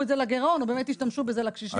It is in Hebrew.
את זה לגירעון או באמת ישתמשו בזה לקשישים.